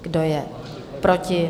Kdo je proti?